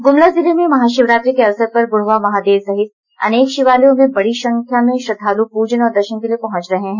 गुमला जिले में महाशिवरात्रि के अवसर पर बुढ़वा महादेव सहित अनेक शिवालयों में बड़ी संख्या में श्रद्वालु पूजन और दर्शन के लिए पहुंच रहे हैं